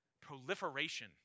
proliferation